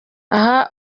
aha